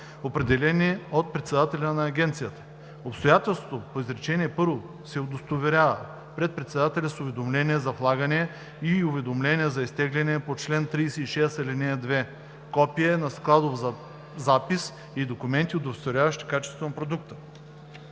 определени от председателя на агенцията. Обстоятелството по изречение първо се удостоверява пред председателя с уведомление за влагане и уведомление за изтегляне по чл. 36, ал. 2, копие на складов запис и документи, удостоверяващи качеството на продукта.“